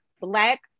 black